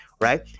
right